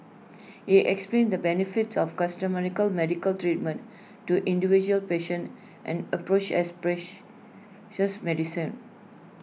he explained the benefits of medical treatment to individual patients an approach as medicine